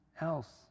else